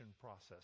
process